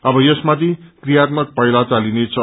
अब यसमाथि क्रियात्यक पाइला चालिनेछ